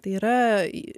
tai yra į